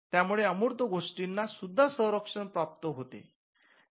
यामुळे अमूर्त गोष्टींना सुद्धा संरक्षण प्राप्त होते